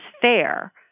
fair